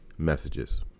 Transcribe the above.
Messages